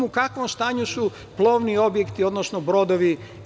U kakvom stanju su plovni objekti, odnosno brodovi?